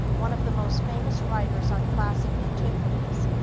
one of the most famous writers on classic antiquities,